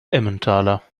emmentaler